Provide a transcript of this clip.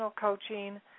coaching